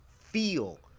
feel